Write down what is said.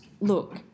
look